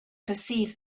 perceived